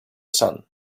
sun